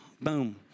Boom